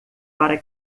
para